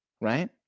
right